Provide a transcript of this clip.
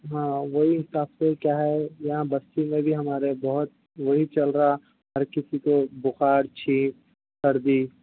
ہاں وہی حساب سے کیا ہے یہاں بستی میں بھی ہمارے بہت وہی چل رہا ہر کسی کو بخار چھینک سردی